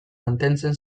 mantentzen